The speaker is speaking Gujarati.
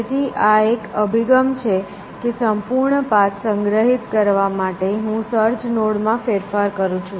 તેથી આ એક અભિગમ એ છે કે સંપૂર્ણ પાથ સંગ્રહિત કરવા માટે હું સર્ચ નોડ માં ફેરફાર કરું છું